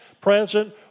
present